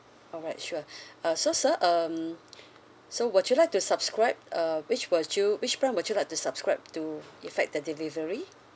alright sure uh so sir um so will you like to subscribe uh which will you which plan would you like to subscribe to effect the delivery